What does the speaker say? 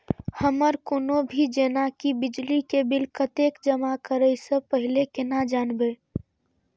हमर कोनो भी जेना की बिजली के बिल कतैक जमा करे से पहीले केना जानबै?